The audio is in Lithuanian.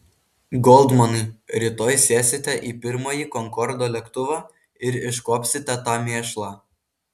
goldmanai rytoj sėsite į pirmąjį konkordo lėktuvą ir iškuopsite tą mėšlą